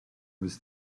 was